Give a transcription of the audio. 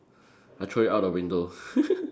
I throw it out of the window